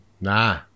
Nah